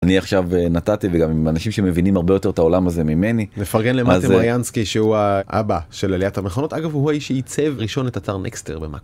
אני עכשיו נתתי וגם עם אנשים שמבינים הרבה יותר את העולם הזה ממני. מפרגן למטה מיינסקי, שהוא האבא של עליית המכונות אגב הוא האיש שעיצב ראשון את האתר נקסטר במקור.